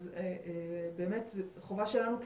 אז באמת זו חובה שלנו כחברה,